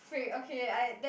freak okay I that